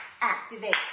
activate